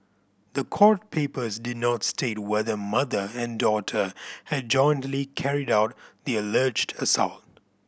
the court papers did not state whether mother and daughter had jointly carried out the alleged assault